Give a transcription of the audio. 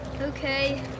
Okay